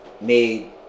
made